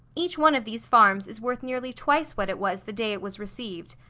each one of these farms is worth nearly twice what it was the day it was received.